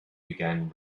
began